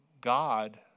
God